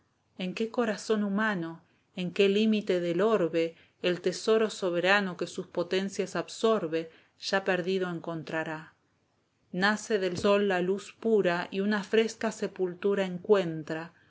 en qué corazón humano en qué límite del orbe el tesoro soberano que sus potencias absorbe ya perdido encontrará nace del sol la luz pura y una fresca sepultura encuentra